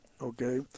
okay